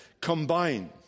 combine